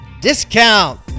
discount